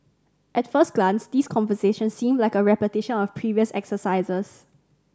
at first glance these conversations seem like a repetition of previous exercises